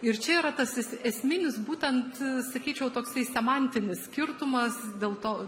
ir čia yra tas es esminis būtent sakyčiau toksai semantinis skirtumas dėl to